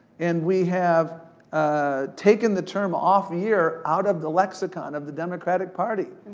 and we have ah taken the term, off year, out of the lexicon of the democratic party.